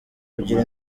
kugira